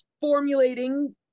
formulating